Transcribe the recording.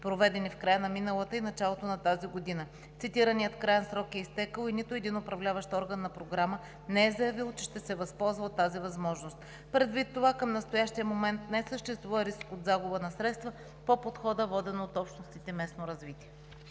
проведени в края на миналата и в началото на тази година. Цитираният краен срок е изтекъл и нито един управляващ орган на програма не е заявил, че ще се възползва от тази възможност. Предвид това към настоящия момент не съществува риск от загуба на средства по Подхода „Водено от общностите местно развитие“.